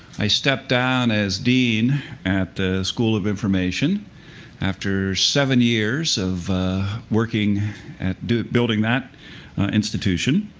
i stepped down as dean at the school of information after seven years of working at building that institution.